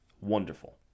Wonderful